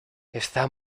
está